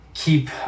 keep